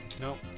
Nope